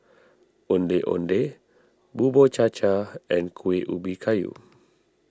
Ondeh Ondeh Bubur Cha Cha and Kuih Ubi Kayu